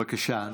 בבקשה.